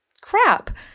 crap